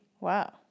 Wow